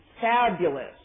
fabulous